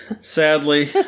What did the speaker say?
Sadly